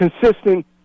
consistent